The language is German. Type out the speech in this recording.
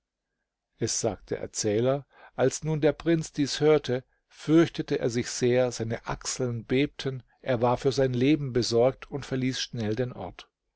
es sagt der erzähler als nun der prinz dies hörte fürchtete er sich sehr seine achseln bebten er war für sein leben besorgt und verließ schnell den ort